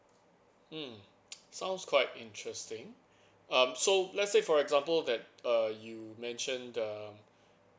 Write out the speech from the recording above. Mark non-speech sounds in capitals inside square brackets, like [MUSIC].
mm [NOISE] sounds quite interesting um so let's say for example that uh you mentioned um